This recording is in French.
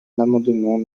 l’amendement